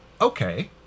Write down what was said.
okay